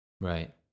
right